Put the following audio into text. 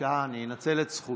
בגלל זה אני אמרתי לך את זה,